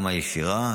גם הישירה,